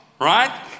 right